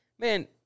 Man